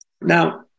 Now